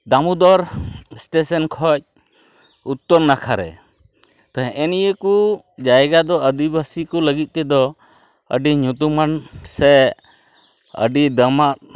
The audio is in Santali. ᱫᱟᱢᱩᱫᱚᱨ ᱥᱴᱮᱥᱚᱱ ᱠᱷᱚᱱ ᱩᱛᱛᱚᱨ ᱱᱟᱠᱷᱟᱨᱮ ᱦᱮᱸᱼᱮ ᱱᱤᱭᱟᱹᱠᱚ ᱡᱟᱭᱜᱟᱫᱚ ᱟᱹᱫᱤᱵᱟᱹᱥᱤ ᱠᱚ ᱞᱟᱹᱜᱤᱫᱛᱮᱫᱚ ᱟᱹᱰᱤ ᱧᱩᱛᱩᱢᱟᱱ ᱥᱮ ᱟᱹᱰᱤ ᱫᱟᱢᱼᱟᱜ